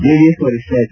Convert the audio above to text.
JDS ವರಿಷ್ಠ H